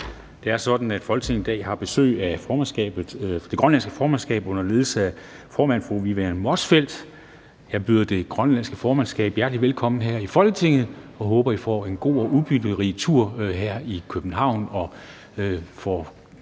Folketinget i dag har besøg af det grønlandske formandskab under ledelse af formand fru Vivian Motzfeldt. Jeg byder det grønlandske formandskab hjertelig velkommen her i Folketinget og håber, I får en god og udbytterig tur her i København